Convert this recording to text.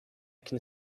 can